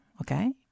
okay